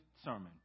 sermon